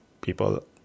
people